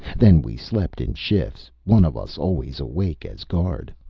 then we slept in shifts, one of us always awake as guard.